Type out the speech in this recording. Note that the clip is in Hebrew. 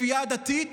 לכפייה דתית